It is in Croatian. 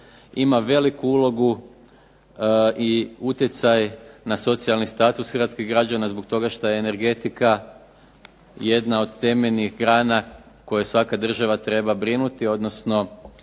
ima veliku ulogu i utjecaj na socijalni status hrvatskih građana zbog toga što je energetika jedna od temeljnih grana koja svaka država treba brinuti, odnosno